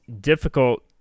difficult